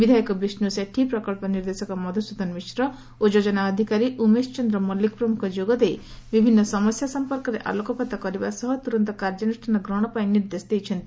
ବିଧାୟକ ବିଷ୍ଟ ସେଠୀ ପ୍ରକ୍ସ ନିର୍ଦ୍ଦେଶକ ମଧୁସ୍ଦନ ମିଶ୍ର ଓ ଯୋଜନା ଅଧିକାରୀ ଉମେଶ ଚନ୍ଦ୍ର ମଲ୍ଲିକ ପ୍ରମୁଖ ଯୋଗଦେଇ ବିଭିନ୍ନ ସମସ୍ ସଂପର୍କରେ ଆଲୋକପାତ କରିବା ସହ ତୂରନ୍ତ କାର୍ଯ୍ୟାନୁଷ୍ୱାନ ଗ୍ରହଶ ପାଇଁ ନିର୍ଦ୍ଦେଶ ଦେଇଛନ୍ତି